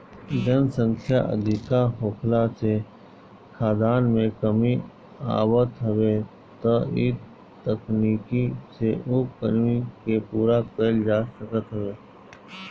जनसंख्या अधिका होखला से खाद्यान में कमी आवत हवे त इ तकनीकी से उ कमी के पूरा कईल जा सकत हवे